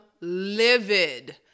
livid